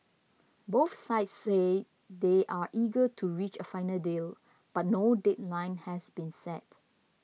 both sides say they are eager to reach a final deal but no deadline has been set